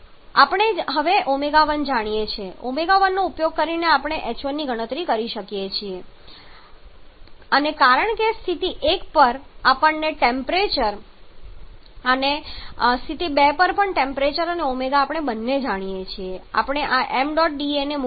2 kgmin તેથી આપણે હવે ω1 જાણીએ છીએ ω1 નો ઉપયોગ કરીને આપણે h1 ની ગણતરી કરી શકીએ છીએ અને કારણ કે સ્થિતિ 1 પર આપણે ટેમ્પરેચર અને ω જાણીએ છીએ અને સ્થિતિ 2 પર પણ ટેમ્પરેચર અને ω બંને જાણીએ છીએ આપણે આ ṁda ને મૂકીને h1 અને h2 બંને મેળવી શકીએ છીએ